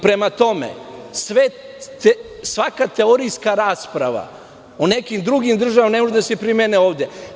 Prema tome, svaka teorijska rasprava o nekim drugim državama ne može da se primeni ovde.